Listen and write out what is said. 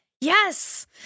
Yes